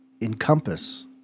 encompass